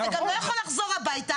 אתה גם לא יכול לחזור הביתה,